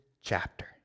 chapter